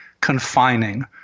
confining